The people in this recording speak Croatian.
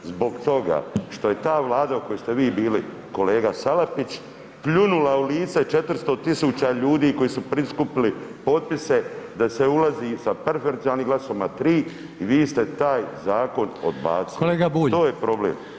Zbog toga što je ta Vlada u kojoj ste vi bili kolega Salapić pljunula u lice 400.000 ljudi koji su prikupili potpise da se ulazi i sa preferencionalnim glasovima i vi ste taj zakon odbacili, to je problem.